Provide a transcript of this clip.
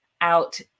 out